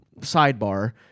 sidebar